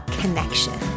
connection